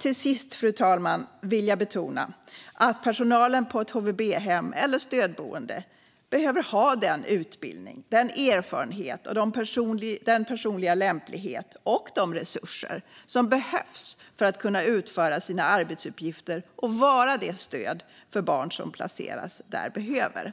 Till sist, fru talman, vill jag betona att personalen på ett HVB-hem eller ett stödboende behöver ha den utbildning, den erfarenhet, den personliga lämplighet och de resurser som behövs för att de ska kunna utföra sina arbetsuppgifter och vara det stöd som barn som placeras där behöver.